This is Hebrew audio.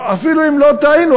ואפילו אם לא טעינו,